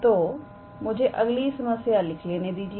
तो मुझे अगली समस्या लिख लेने दीजिए